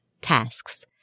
tasks